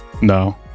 No